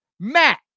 Matt